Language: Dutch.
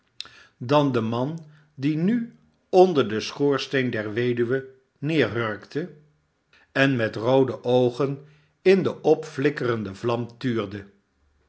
dan de man die nu onder den schoorsteen der weduwe neerhurkte en met roode oogen in de opflikkerende vlam tuurde